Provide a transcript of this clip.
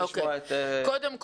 קודם כל,